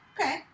Okay